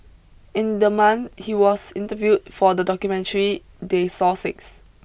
in the month he was interviewed for the documentary they saw six